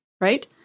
right